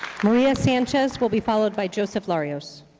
maria sanchez will be followed by joseph larios.